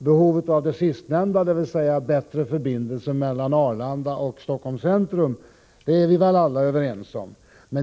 Behovet av det sistnämnda, dvs. bättre förbindelser mellan Stockholms centrum och Arlanda, är vi väl alla överens om.